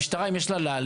והמשטרה, אם יש לה להלין,